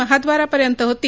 महाद्वारा पर्यंत होती